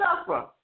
suffer